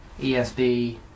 ESB